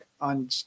on